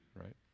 right